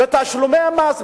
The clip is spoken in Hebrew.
בתשלומי המס,